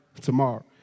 tomorrow